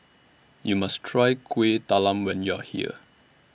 YOU must Try Kuih Talam when YOU Are here